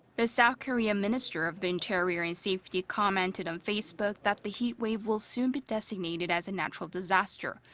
the south korean minister of the interior and safety commented on facebook that the heatwave will soon be designated as a natural disaster,